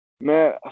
Man